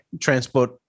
transport